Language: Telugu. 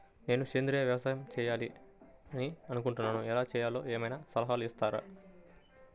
నేను సేంద్రియ వ్యవసాయం చేయాలి అని అనుకుంటున్నాను, ఎలా చేయాలో ఏమయినా సలహాలు ఇస్తారా?